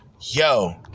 yo